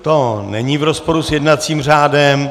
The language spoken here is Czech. To není v rozporu s jednacím řádem.